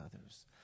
others